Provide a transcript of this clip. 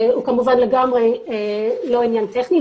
הוא כמובן לגמרי לא עניין טכני,